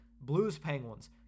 Blues-Penguins